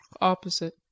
opposite